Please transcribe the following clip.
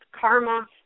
karma